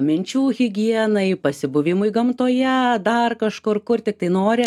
minčių higienai pasibuvimui gamtoje dar kažkur kur tiktai nori